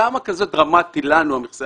למה כזה דרמטי לנו מכסי